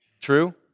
True